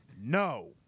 No